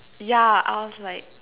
ya I was like